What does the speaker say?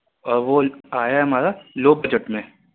اور وہ آیا ہے ہمارا لو بجٹ میں